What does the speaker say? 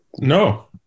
No